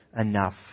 enough